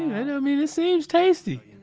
i mean, it seems tasty.